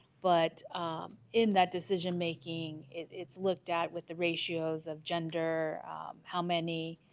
but in that decision-making it's looked at with the ratios of gender how many